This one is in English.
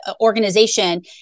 organization